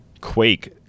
Quake